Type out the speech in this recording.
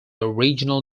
original